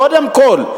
שקודם כול,